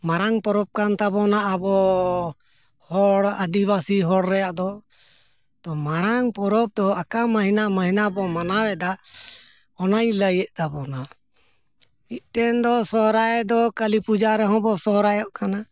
ᱢᱟᱨᱟᱝ ᱯᱚᱨᱚᱵᱽ ᱠᱟᱱ ᱛᱟᱵᱚᱱᱟ ᱟᱵᱚ ᱦᱚᱲ ᱟᱹᱫᱤᱵᱟᱹᱥᱤ ᱦᱚᱲ ᱨᱮᱱᱟᱜ ᱫᱚ ᱛᱚ ᱢᱟᱨᱟᱝ ᱯᱚᱨᱚᱵᱽ ᱫᱚ ᱟᱠᱟ ᱢᱟᱹᱦᱱᱟᱹ ᱢᱟᱹᱦᱱᱟᱹᱵᱚᱱ ᱢᱟᱱᱟᱣ ᱮᱫᱟ ᱚᱱᱟᱧ ᱞᱟᱹᱭᱮᱫ ᱛᱟᱵᱚᱱᱟ ᱢᱤᱫᱴᱮᱱ ᱫᱚ ᱥᱚᱦᱨᱟᱭ ᱫᱚ ᱠᱟᱹᱞᱤ ᱯᱩᱡᱟ ᱨᱮᱦᱚᱸ ᱵᱚᱱ ᱥᱚᱦᱨᱟᱭᱚᱜ ᱠᱟᱱᱟ